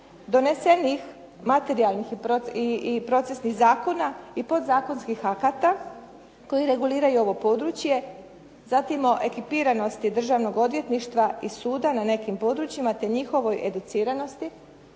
donesenih materijalnih i procesnih zakona, i podzakonskih akata koji reguliraju ovo područje, zatim o ekipiranosti državnog odvjetništva i suda na nekim područjima, te njihovoj educiranosti